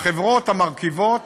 לחברות המרכיבות